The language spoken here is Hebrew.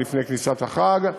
לפני כניסת החג,